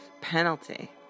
penalty